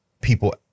people